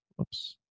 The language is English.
Oops